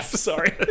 Sorry